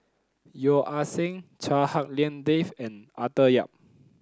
Yeo Ah Seng Chua Hak Lien Dave and Arthur Yap